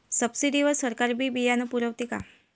Subsidy वर सरकार बी बियानं पुरवते का?